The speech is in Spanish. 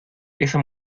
esa